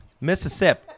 Mississippi